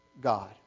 God